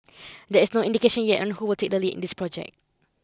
there is no indication yet on who will take the lead in this project